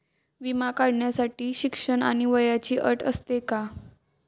विमा काढण्यासाठी शिक्षण आणि वयाची अट असते का?